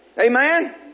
Amen